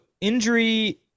injury